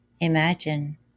imagine